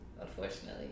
unfortunately